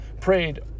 prayed